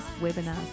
webinars